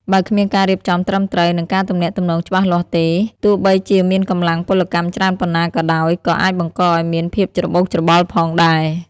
បើគ្មានការរៀបចំត្រឹមត្រូវ និងការទំនាក់ទំនងច្បាស់លាស់ទេ ទោះបីជាមានកម្លាំងពលកម្មច្រើនប៉ុណ្ណាក៏ដោយ ក៏អាចបង្កឱ្យមានភាពច្របូកច្របល់ដែរ។